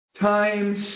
times